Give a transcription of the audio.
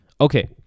Okay